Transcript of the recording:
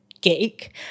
Geek